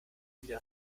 wieder